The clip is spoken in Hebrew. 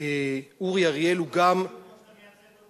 ואורי אריאל הוא גם, הוא מייצג אותך